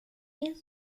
est